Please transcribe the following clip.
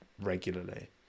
regularly